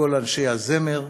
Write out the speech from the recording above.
לכל אנשי הזמר,